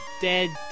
dead